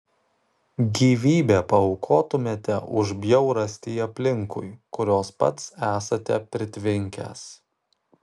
gyvybę paaukotumėte už bjaurastį aplinkui kurios pats esate pritvinkęs